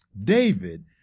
David